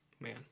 Man